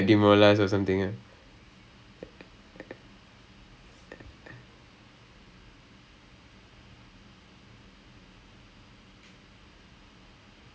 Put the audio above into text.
ye~ ya ya ya so I'm like I'm like oh damn like there was this [one] where okay ya there's this there's this really tough [one] right they're like okay you guys can only say one dialogue